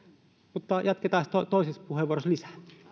jatketaan sitten toisessa puheenvuorossa lisää